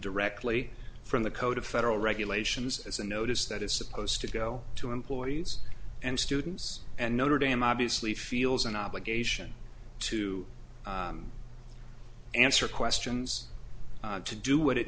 directly from the code of federal regulations as a notice that is supposed to go to employees and students and notre dame obviously feels an obligation to answer questions to do what it